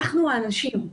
אנחנו האנשים.